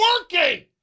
working